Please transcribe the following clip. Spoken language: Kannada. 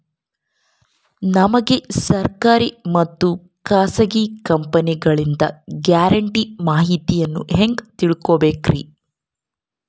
ನಮಗೆ ಸರ್ಕಾರಿ ಮತ್ತು ಖಾಸಗಿ ಕಂಪನಿಗಳಿಂದ ಗ್ಯಾರಂಟಿ ಮಾಹಿತಿಯನ್ನು ಹೆಂಗೆ ತಿಳಿದುಕೊಳ್ಳಬೇಕ್ರಿ?